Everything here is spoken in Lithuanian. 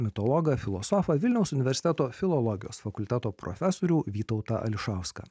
mitologą filosofą vilniaus universiteto filologijos fakulteto profesorių vytautą ališauską